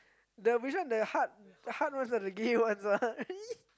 the which one the hard hard ones are the gay ones are !ee!